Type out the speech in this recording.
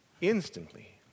instantly